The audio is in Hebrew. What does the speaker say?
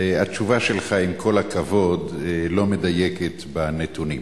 עם כל הכבוד, התשובה שלך לא מדייקת בנתונים.